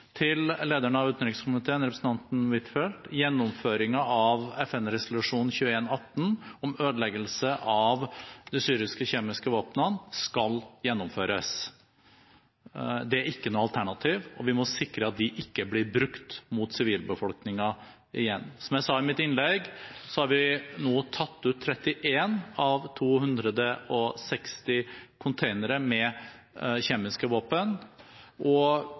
Til lederen av utenrikskomiteen, representanten Huitfeldt: FN-resolusjon 2118 om ødeleggelse av de syriske kjemiske våpnene skal gjennomføres. Det er ikke noe alternativ. Vi må sikre at de ikke blir brukt mot sivilbefolkningen igjen. Som jeg sa i mitt innlegg, har vi nå tatt ut 31 av 260 containere med kjemiske våpen, og vi opplever så langt at Syria ønsker å kvitte seg med